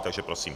Takže prosím.